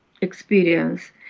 experience